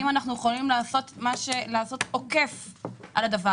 האם אנחנו יכולים לעשות עוקף על הדבר